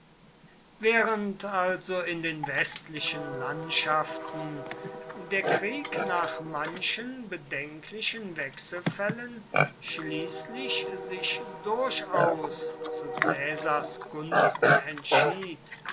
während also in den westlichen landschaften der krieg nach manchen bedenklichen wechselfällen schließlich sich durchaus zu caesars gunsten entschied